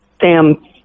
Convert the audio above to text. Sam